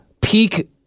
peak